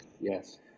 yes